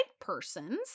persons